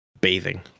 bathing